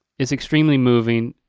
it's extremely moving.